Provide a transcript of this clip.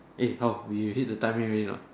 eh how we hit the timing already or not